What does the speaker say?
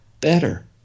better